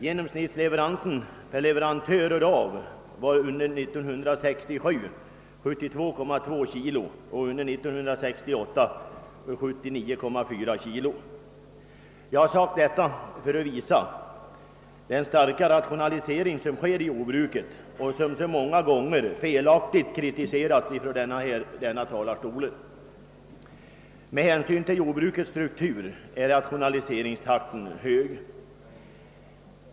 Genomsnittsleveransen per leverantör och dag var under 1967 72,2 kilo och under 1968 79,4 kilo. Jag har nämnt detta för att visa den starka rationalisering som sker i jordbruket och som många gånger felaktigt kritiserats från denna talarstol. Med hänsyn till jordbrukets struktur är rationaliseringstakten hög.